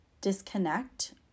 disconnect